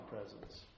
presence